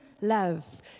love